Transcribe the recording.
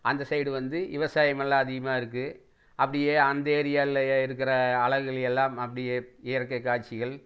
அந்த சைடு வந்து விவசாயமெல்லாம் அதிகமாக இருக்குது அப்படியே அந்த ஏரியாவிலயே இருக்கிற அழகுகள் எல்லாம் அப்படியே இயற்கை காட்சிகள்